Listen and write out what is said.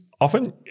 Often